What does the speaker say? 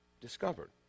discovered